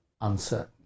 uncertain